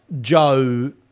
Joe